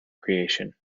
creation